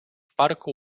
parku